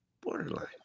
Borderline